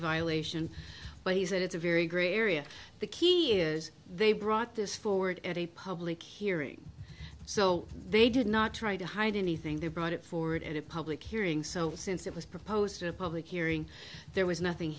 violation but he said it's a very gray area the key is they brought this forward at a public hearing so they did not try to hide anything they brought it forward at a public hearing so since it was proposed a public hearing there was nothing